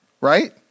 right